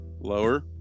Lower